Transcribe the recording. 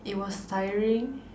it was tiring